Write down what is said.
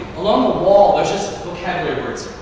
along the wall there's just vocabulary words.